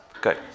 good